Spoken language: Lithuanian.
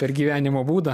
per gyvenimo būdą